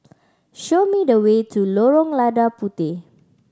show me the way to Lorong Lada Puteh